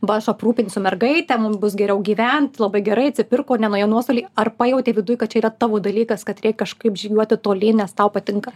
va aš aprūpinsiu mergaitę mums bus geriau gyvent labai gerai atsipirko nenuėjo į nuostolį ar pajautei viduj kad čia yra tavo dalykas kad reik kažkaip žygiuoti tolyn nes tau patinka